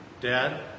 Dad